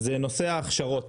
הוא נושא ההכשרות